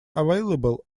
available